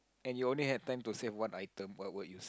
and you only have time to save one item what would you